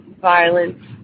violence